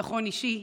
ביטחון אישי,